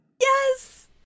Yes